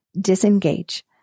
disengage